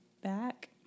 back